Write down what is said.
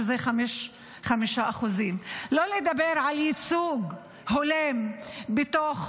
שזה 5%. שלא לדבר על ייצוג הולם בתוך